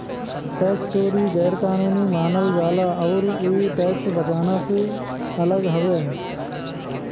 tax चोरी गैर कानूनी मानल जाला आउर इ टैक्स बचाना से अलग हउवे